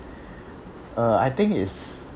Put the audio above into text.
uh I think it's